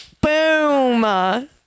Boom